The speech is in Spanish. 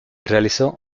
realizó